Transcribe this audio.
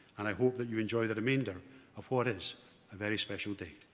and i hope that you enjoy the remainder of what is a very special day.